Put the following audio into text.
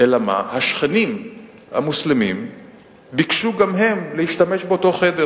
השכנים המוסלמים ביקשו גם הם להשתמש באותו חדר,